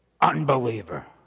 unbeliever